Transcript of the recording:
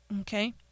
Okay